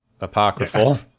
apocryphal